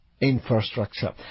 infrastructure